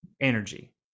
energy